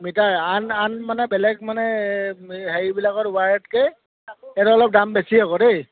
metre আন আন মানে বেলেগ মানে হেৰিবিলাকৰ ৱায়াৰতকৈ সেইটো অলপ দাম বেছি আকৌ দেই